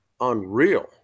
unreal